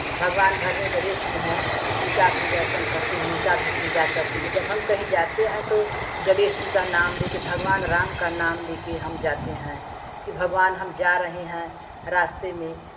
भगवान घर में गणेश जी हैं उनका भी दर्शन करते हैं उनका भी पूजा करते हैं जब हम कहीं जाते हैं तो गणेश जी का नाम लेके भगवान राम का नाम लेके हम जाते हैं कि भगवान हम जा रहे हैं रास्ते में